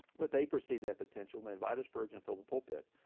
but they perceived their potential, and invited spurgeon fill the pulpit.